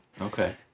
Okay